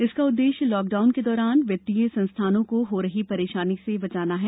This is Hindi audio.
इसका उददेश्य लॉकडाउन के दौरान वित्तीय संस्थानों को हो रही परेशानी से बचाना है